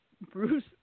Bruce